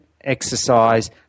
exercise